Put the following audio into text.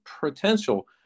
potential